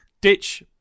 ditch